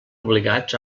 obligats